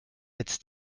jetzt